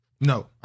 No